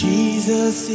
Jesus